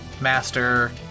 master